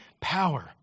power